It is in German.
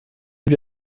wir